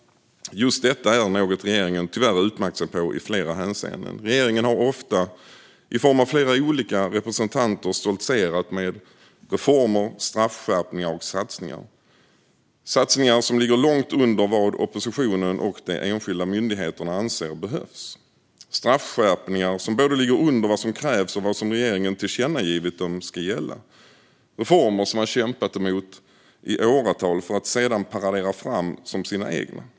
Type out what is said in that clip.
Just detta är något där regeringen tyvärr har utmärkt sig i flera hänseenden. Regeringen i form av olika representanter har ofta stoltserat med reformer, straffskärpningar och satsningar - satsningar som ligger långt under vad oppositionen och de enskilda myndigheterna anser behövs, straffskärpningar som både ligger under vad som krävs och vad som riksdagen tillkännagett ska gälla och reformer som man har kämpat emot i åratal, för att sedan paradera fram som sina egna.